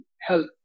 health